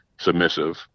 submissive